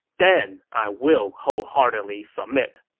then i will wholeheartedly submit.